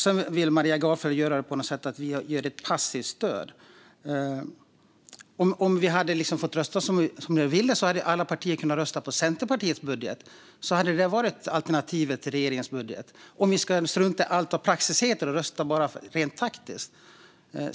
Sedan säger Maria Gardfjell att vi gav ett passivt stöd till den budget som riksdagen röstade för. Om vi hade fått som vi ville hade andra partier röstat på Centerpartiets budget. Då hade det varit alternativet till regeringens budget, om vi skulle strunta i allt vad praxis heter och bara rösta rent taktiskt.